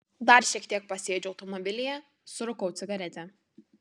dar šiek tiek pasėdžiu automobilyje surūkau cigaretę